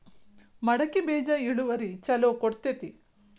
ಮಡಕಿ ಬೇಜ ಇಳುವರಿ ಛಲೋ ಕೊಡ್ತೆತಿ?